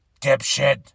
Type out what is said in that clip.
dipshit